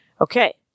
Okay